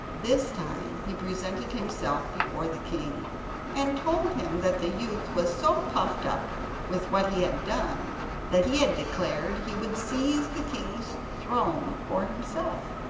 this time he presented himself before the king and told him that the youth was so puffed up with what he had done that he had declared he would seize the king's throne for himself.